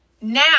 now